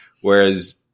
whereas